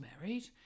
married